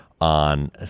on